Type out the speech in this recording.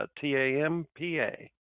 T-A-M-P-A